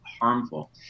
harmful